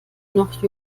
noch